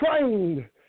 trained